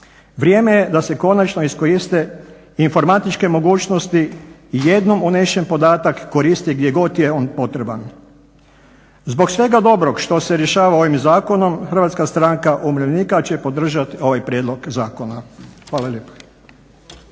Vrijeme je da se konačno iskoriste informatičke mogućnosti i jednom unesen podatak koristi gdje god je on potreban. Zbog svega dobrog što se rješava ovim zakonom HSU će podržati ovaj prijedlog zakona. Hvala lijepo.